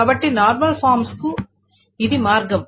కాబట్టి normal forms కు ఇది మార్గం